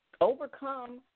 Overcome